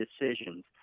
decisions